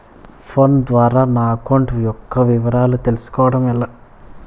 Phone ద్వారా నా account యొక్క వివరాలు తెలుస్కోవడం ఎలా?